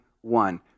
one